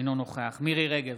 אינו נוכח מירי מרים רגב,